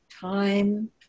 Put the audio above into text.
time